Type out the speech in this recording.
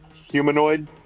humanoid